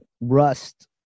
rust